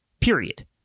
period